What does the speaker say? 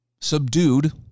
subdued